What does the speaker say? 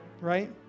right